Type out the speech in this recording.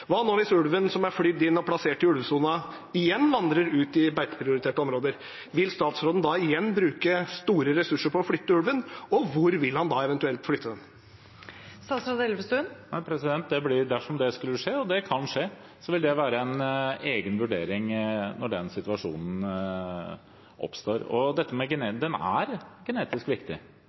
Hva nå hvis ulven som er fløyet inn og plassert i ulvesona, igjen vandrer ut i beiteprioriterte områder – vil statsråden da igjen bruke store ressurser på å flytte ulven, og hvor vil han da eventuelt flytte den? Dersom det skulle skje, og det kan skje, vil det være en egen vurdering når den situasjonen oppstår. Til dette med genetikk: Den er genetisk viktig,